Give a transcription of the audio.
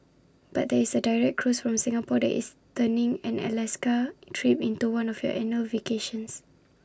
but there is A direct cruise from Singapore that is turning an Alaska trip into one of your annual vacations